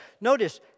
Notice